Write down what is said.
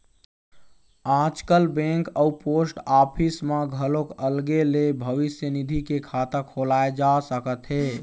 आजकाल बेंक अउ post office म घलोक अलगे ले भविस्य निधि के खाता खोलाए जा सकत हे